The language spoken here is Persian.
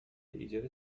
ایجاد